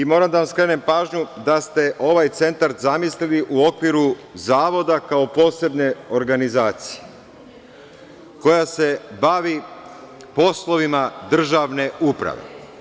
Moram da vam skrenem pažnju da ste ovaj centar zamislili u okviru zavoda, kao posebne organizacije koja se bavi poslovima državne uprave.